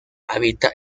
habita